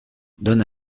donne